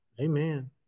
Amen